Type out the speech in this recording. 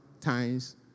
times